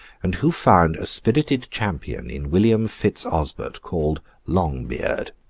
and who found a spirited champion in william fitz-osbert, called longbeard.